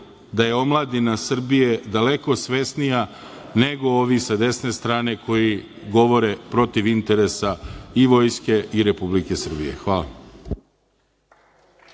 da je omladina Srbije daleko svesnija nego ovi sa desne strane koji govore protiv interesa i Vojske i Republike Srbije. **Ana